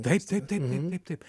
taip taip taip taip taip